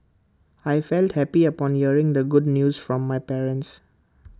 I felt happy upon hearing the good news from my parents